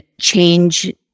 change